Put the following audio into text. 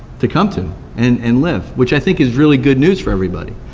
to come to and and live, which i think is really good news for everybody.